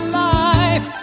life